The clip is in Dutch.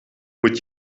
moet